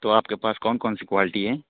تو آپ کے پاس کون کون سی کوالٹی ہیں